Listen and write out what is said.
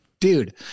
dude